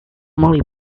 molly